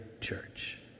church